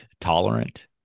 tolerant